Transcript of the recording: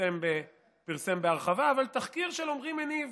פרסם בהרחבה, תחקיר של עמרי מניב